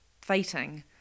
fighting